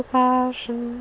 passion